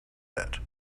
that